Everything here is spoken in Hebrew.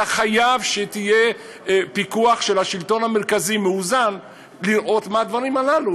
אתה חייב שיהיה פיקוח מאוזן של השלטון המרכזי לראות מה הדברים הללו,